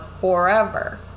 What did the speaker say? forever